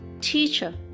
teacher